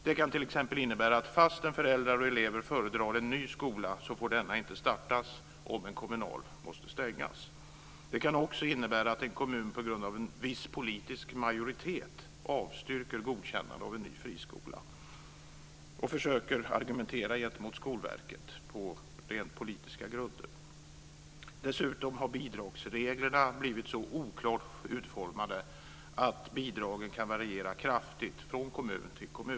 Det kan t.ex. innebära att fastän föräldrar och elever föredrar en ny skola får denna inte startas om en kommunal måste stängas. Det kan också innebära att en kommun på grund av en viss politisk majoritet avstyrker godkännande av en ny friskola och försöker argumentera gentemot Skolverket på rent politiska grunder. Dessutom har bidragsreglerna blivit så oklart utformade att bidragen kan variera kraftigt från kommun till kommun.